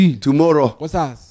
Tomorrow